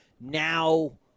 Now